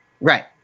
Right